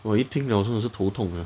我一听 liao 真的是头痛 ah